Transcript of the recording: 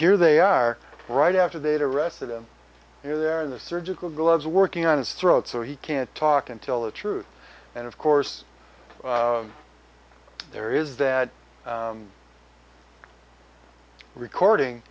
here they are right after they arrested him here there in the surgical gloves working on his throat so he can't talk until the truth and of course there is that recording